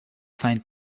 find